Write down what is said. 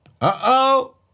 uh-oh